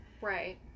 Right